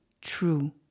true